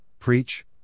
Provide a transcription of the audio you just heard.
Preach